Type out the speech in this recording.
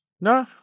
No